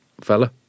fella